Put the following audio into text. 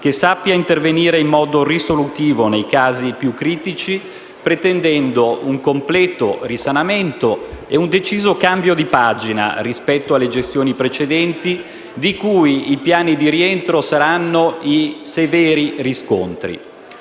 che sappia intervenire in modo risolutivo nei casi più critici, pretendendo un completo risanamento e un deciso cambio di pagina rispetto alle gestioni precedenti, di cui i piani di rientro saranno i severi riscontri.